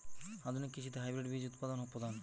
আধুনিক কৃষিতে হাইব্রিড বীজ উৎপাদন প্রধান